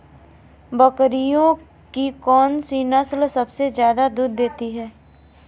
बकरियों की कौन सी नस्ल सबसे ज्यादा दूध देती है?